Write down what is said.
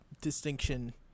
distinction